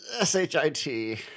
S-H-I-T